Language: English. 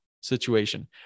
situation